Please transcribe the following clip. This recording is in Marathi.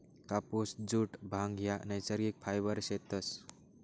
कापुस, जुट, भांग ह्या नैसर्गिक फायबर शेतस